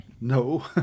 No